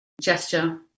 gesture